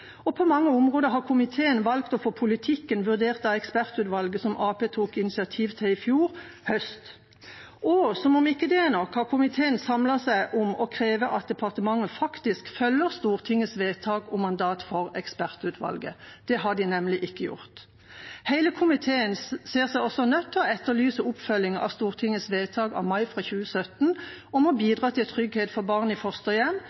og på mange områder har komiteen valgt å få politikken vurdert av ekspertutvalget, som Arbeiderpartiet tok initiativ til i fjor høst. Som om det ikke er nok, har komiteen samlet seg om å kreve at departementet faktisk følger stortingets vedtak om mandat for ekspertutvalget. Det har de nemlig ikke gjort. Hele komiteen ser seg også nødt til å etterlyse oppfølging av Stortingets vedtak fra mai 2017, om å bidra til trygghet for barn i fosterhjem,